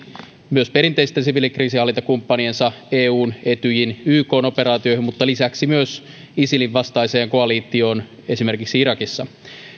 myös perinteisten siviilikriisinhallintakumppaniensa eun etyjin ykn operaatioihin mutta lisäksi myös isilin vastaiseen koalitioon esimerkiksi irakissa